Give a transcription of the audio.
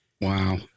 Wow